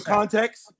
Context